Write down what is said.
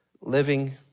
living